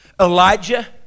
Elijah